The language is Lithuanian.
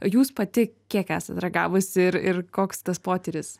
jūs pati kiek esat ragavusi ir ir koks tas potyris